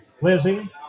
Lizzie